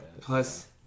Plus